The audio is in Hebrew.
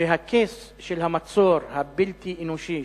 וה-case של המצור הבלתי-אנושי,